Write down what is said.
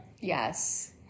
Yes